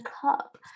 cup